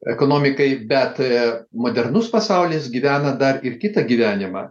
ekonomikai bet modernus pasaulis gyvena dar ir kitą gyvenimą